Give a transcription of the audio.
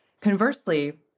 Conversely